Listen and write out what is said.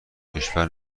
کشور